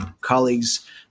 colleagues